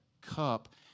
cup